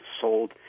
sold